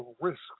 risk